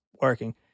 working